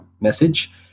message